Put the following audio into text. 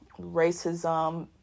racism